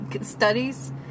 studies